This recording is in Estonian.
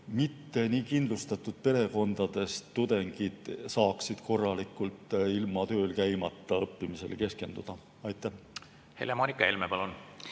mitte kuigi kindlustatud perekondadest tudengid saaksid korralikult, ilma tööl käimata, õppimisele keskenduda. Helle-Moonika Helme, palun!